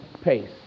pace